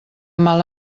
mal